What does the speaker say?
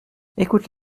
écoute